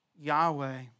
Yahweh